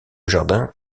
jardin